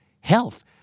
Health